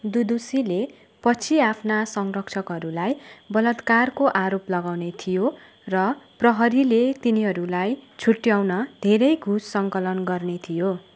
दुदुसीले पछि आफ्ना संरक्षकहरूलाई बलात्कारको आरोप लगाउने थियो र प्रहरीले तिनीहरूलाई छुट्ट्याउन धेरै घुस सङ्कलन गर्ने थियो